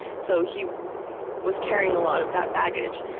so he was carrying a lot of that baggage.